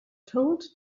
told